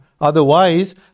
Otherwise